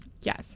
Yes